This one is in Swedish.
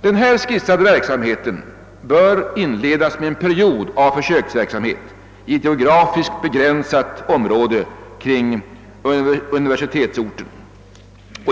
Den här skisserade verksamheten bör inledas med en period av försöksverksamhet i ett geografiskt begränsat område kring universitetsorten.